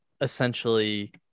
essentially